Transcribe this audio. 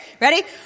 Ready